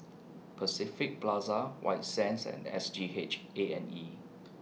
Pacific Plaza White Sands and S G H A and E